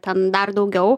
ten dar daugiau